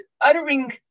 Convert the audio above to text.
uttering